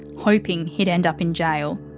hoping he'd end up in jail.